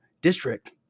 District